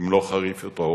במלוא חריפותו,